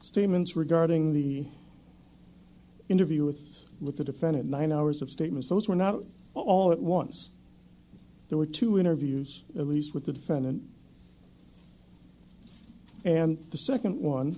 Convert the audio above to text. statements regarding the interview with with the defendant nine hours of statements those were not all at once there were two interviews released with the defendant and the second